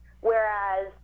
whereas